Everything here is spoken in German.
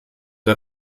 der